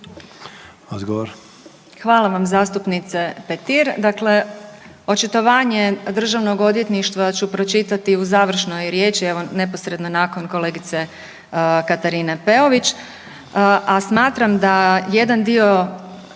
Hvala vam zastupnice Petir. Dakle, očitovanje Državnog odvjetništva ću pročitati u završnoj riječi evo neposredno nakon kolegice Katarine Peović, a smatram da jedan dio